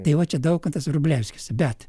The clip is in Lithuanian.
tai va čia daukantas vrublevskis bet